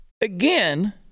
again